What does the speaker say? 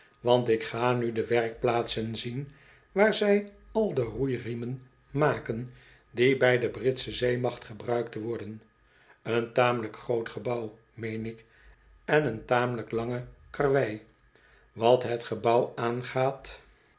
want ik ga nu de werkplaatsen zien waar zij al de roeiriemen maken die bij de britsche zeemacht gebruikt worden ben tamelijk groot gebouw meen ik en een tamelijk lange karwei wat het gebouw aangaat